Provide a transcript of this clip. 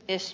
puhemies